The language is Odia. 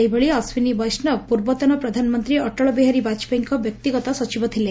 ସେହିଭଳି ଅଶ୍ୱିନୀ ବୈଷବ ପୂର୍ବତନ ପ୍ରଧାନମନ୍ତୀ ଅଟଳବିହାରୀ ବାଜପେୟୀଙ୍କ ବ୍ୟକ୍ତିଗତ ସଚିବ ଥିଲେ